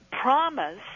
promise